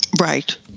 Right